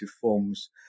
forms